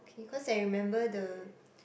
okay cause I remember the